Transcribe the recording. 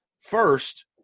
First